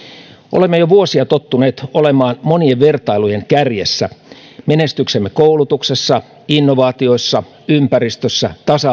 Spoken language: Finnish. olemme jo vuosia tottuneet olemaan monien vertailujen kärjessä menestyksemme koulutuksessa innovaatioissa ympäristössä tasa